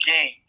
game